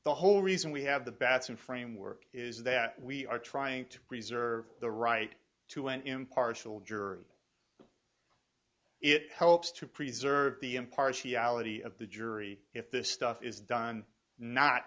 the whole reason we have the bastard framework is that we are trying to preserve the right to an impartial jury it helps to preserve the impartiality of the jury if this stuff is done not